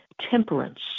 Temperance